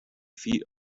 feet